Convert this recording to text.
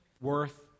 worth